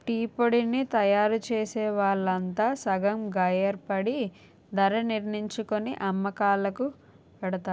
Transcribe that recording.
టీపొడిని తయారుచేసే వాళ్లంతా సంగం గాయేర్పడి ధరణిర్ణించుకొని అమ్మకాలుకి పెడతారు